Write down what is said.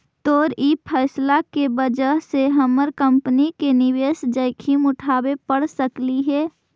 तोर ई फैसला के वजह से हमर कंपनी के निवेश जोखिम उठाबे पड़ सकलई हे